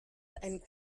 and